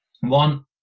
One